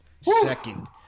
second